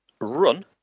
run